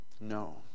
no